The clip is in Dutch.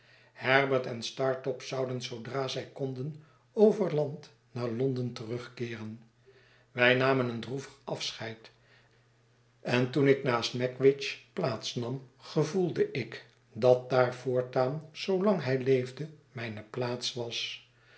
herbert en startop zou den zoodra zij konden over land naar l on den terugkeeren wij namen een droevig afscheid en toen ik naast magwitch plaats nam gevoelde ik dat daar voortaan zoo lang hij leefde mijne plaats was